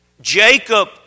Jacob